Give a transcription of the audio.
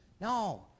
No